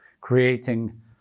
creating